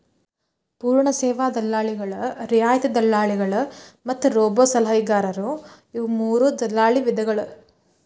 ಪೂರ್ಣ ಸೇವಾ ದಲ್ಲಾಳಿಗಳು, ರಿಯಾಯಿತಿ ದಲ್ಲಾಳಿಗಳು ಮತ್ತ ರೋಬೋಸಲಹೆಗಾರರು ಇವು ಮೂರೂ ದಲ್ಲಾಳಿ ವಿಧಗಳ